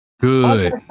Good